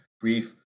brief